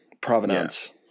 Provenance